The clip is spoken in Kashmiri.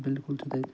بِلکُل چھُ تَتہِ